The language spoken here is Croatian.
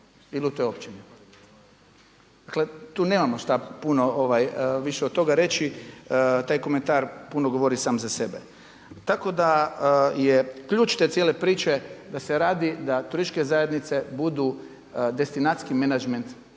ili u toj općini. Tu nemamo šta puno više od toga reći, taj komentar puno govori sam za sebe. Tako da je ključ cijele te priče da se radi da turističke zajednice budu destinantski menadžment